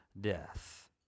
death